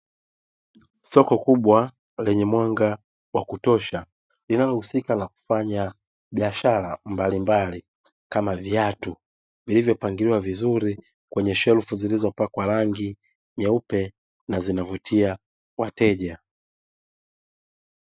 Soko kubwa lenye mwanga wa kutosha linalohusika na kufanya biashara mbalimbali kama viatu vilivyopangiliwa vizuri kwenye shelfu zilizopakwa rangi nyeupe na zinavutia wateja.